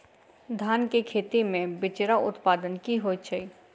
धान केँ खेती मे बिचरा उत्पादन की होइत छी?